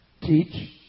teach